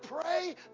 pray